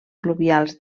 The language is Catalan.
pluvials